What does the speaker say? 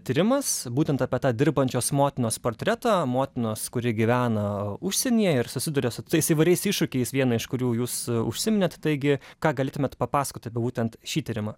tyrimas būtent apie tą dirbančios motinos portretą motinos kuri gyvena užsienyje ir susiduria su tais įvairiais iššūkiais vieną iš kurių jūs užsiminėt taigi ką galėtumėt papasakoti apie būtent šį tyrimą